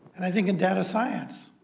and i think in data science,